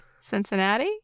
Cincinnati